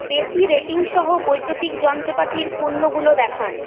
বেশি রেটিং সহ বৈদ্যুতিক যন্ত্রপাতির পণ্যগুলো দেখান